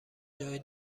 جای